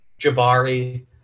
Jabari